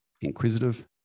inquisitive